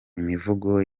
imivugo